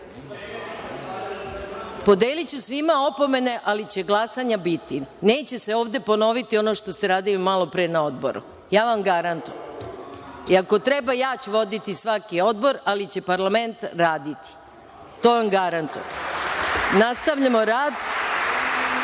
pitanja.)Podeliću svima opomene, ali će glasanja biti. Neće se ovde ponoviti ono što ste radili malopre na odboru. Ja vam garantujem. Ako treba, ja ću voditi svaki odbor, ali će parlament raditi. To vam garantujem. Nastavljamo rad